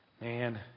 man